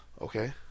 Okay